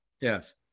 yes